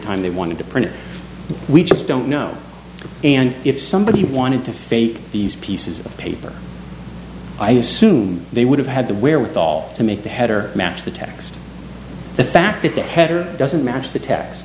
time they want to print it we just don't know and if somebody wanted to fake these pieces of paper i assume they would have had the wherewithal to make the header match the text the fact that the header doesn't match the t